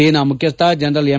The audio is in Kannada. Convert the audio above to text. ಸೇನಾ ಮುಖ್ಯಸ್ಥ ಜನರಲ್ ಎಂ